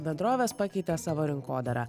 bendrovės pakeitė savo rinkodarą